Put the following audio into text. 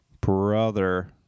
Brother